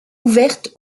ouverte